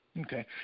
Okay